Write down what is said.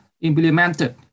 implemented